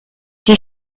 die